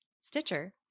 Stitcher